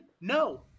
No